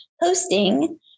hosting